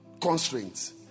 constraints